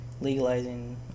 legalizing